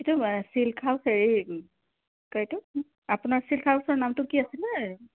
এইটো silk house হেৰি কি কয় এইটো আপোনাৰ চিল্ক হাউচৰ নামটো কি আছিলে